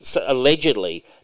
allegedly